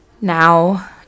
Now